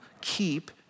keep